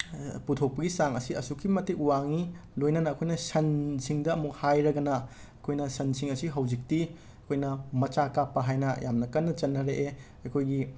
ꯄꯨꯊꯣꯛꯄꯒꯤ ꯆꯥꯡ ꯑꯁꯤ ꯑꯁꯨꯛꯀꯤ ꯃꯇꯤꯛ ꯋꯥꯡꯏ ꯂꯣꯏꯅꯅ ꯑꯩꯈꯣꯏꯅ ꯁꯟꯁꯤꯡꯗ ꯑꯃꯨꯛ ꯍꯥꯏꯔꯒꯅ ꯑꯩꯈꯣꯏꯅ ꯁꯟꯁꯤꯡ ꯑꯁꯤ ꯍꯧꯖꯤꯛꯇꯤ ꯑꯩꯈꯣꯏꯅ ꯃꯆꯥ ꯀꯥꯞꯄ ꯍꯥꯏꯅ ꯌꯥꯝꯅ ꯀꯟꯅ ꯆꯠꯅꯔꯛꯑꯦ ꯑꯩꯈꯣꯏꯒꯤ